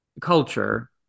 culture